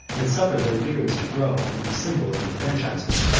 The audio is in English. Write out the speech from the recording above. and suffered their beards to grow as the symbol of enfranchisement,